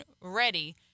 ready